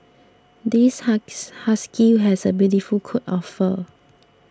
this husky has a beautiful coat of fur